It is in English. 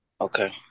Okay